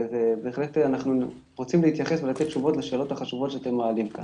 ובהחלט אנחנו רוצים להתייחס ולתת תשובות לשאלות החשובות שאתם מעלים כאן.